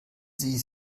sie